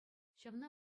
ҫавна